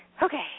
Okay